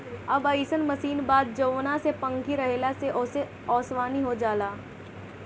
अब अइसन मशीन बा जवना में पंखी रहेला आ ओसे ओसवनी हो जाला